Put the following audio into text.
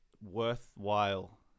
Worthwhile